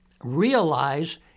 Realize